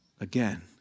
Again